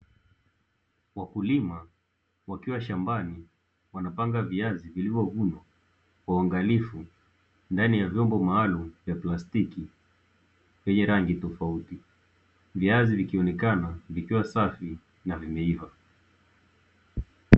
Wakulima wakiwa shambani wanapanga viazi vilivyo vunwa kwa uangalifu ndani ya vyombo maalum vya plastiki vyenye rangi tofauti. Viazi vikionekana vikiwa safi na vimeiva.